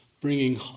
bringing